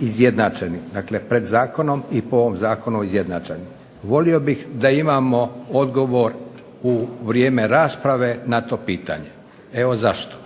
izjednačeni. Dakle, pred zakonom i po ovom zakonu izjednačeni. Volio bih da imamo odgovor u vrijeme rasprave na to pitanje. Evo zašto,